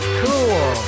cool